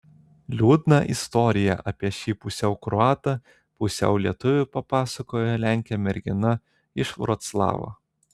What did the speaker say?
liūdną istoriją apie šį pusiau kroatą pusiau lietuvį papasakojo lenkė mergina iš vroclavo